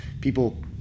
people